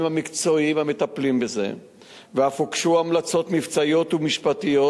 המקצועיים המטפלים בזה ואף הוגשו המלצות מבצעיות ומשפטיות,